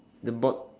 the bott~